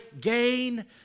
gain